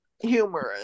Humorous